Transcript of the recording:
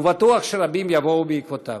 ובטוח שרבים יבואו בעקבותיו.